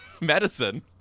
medicine